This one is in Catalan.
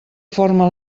forme